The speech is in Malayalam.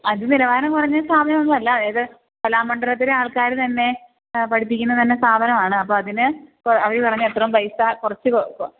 അത് നിലവാരം കുറഞ്ഞ സ്ഥാപനം ഒന്നും അല്ല അത് കലാമണ്ഡലത്തിലെ ആൾക്കാർ തന്നെ പഠിപ്പിക്കുന്ന തന്നെ ഒരു സ്ഥാപനമാണ് അപ്പോൾ അതിന് അവർ പറഞ്ഞു അത്രയും പൈസ കുറച്ച് കൊ